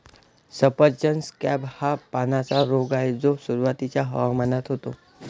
सफरचंद स्कॅब हा पानांचा रोग आहे जो सुरुवातीच्या हवामानात होतो